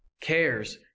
cares